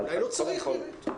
אולי לא צריך באמת?